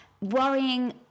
worrying